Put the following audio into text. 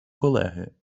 колеги